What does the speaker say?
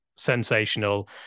sensational